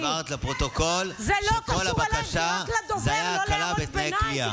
הבהרת לפרוטוקול שכל הבקשה הייתה הקלה בתנאי הכליאה.